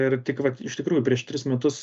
ir tik vat iš tikrųjų prieš tris metus